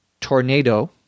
tornado